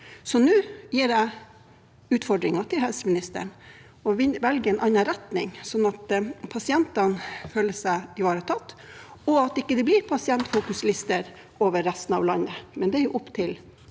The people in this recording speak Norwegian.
Så nå gir jeg utfordringen til helseministeren: at vi velger en annen retning, sånn at pasientene føler seg ivaretatt og det ikke blir Pasientfokus-lister i resten av landet.